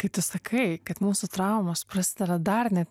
kai tu sakai kad mūsų traumos prasideda dar net